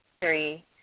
three